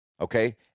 okay